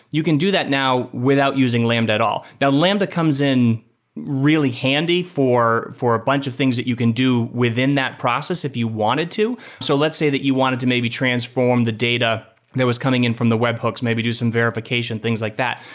you can do that now without using lambda at all. lambda comes in really handy for for a bunch of things that you can do within that process if you wanted to. so let's say that you wanted to maybe transform the data that was coming in from the webhooks. maybe do some verification things like that?